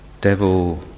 Devil